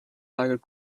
like